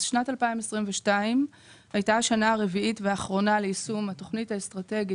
שנת 2022 הייתה השנה הרביעית והאחרונה ליישום התוכנית האסטרטגית